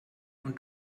und